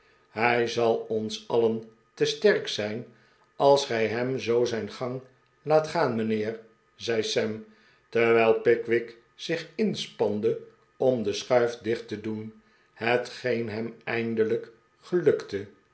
hij zal ons alien te sterk zijn als gij hem zoo zijn gang laat gaan mijnheer zei sam terwijl pickwick zich inspande om de schuif dicht te doen hetgeen hem eindelijk gelukte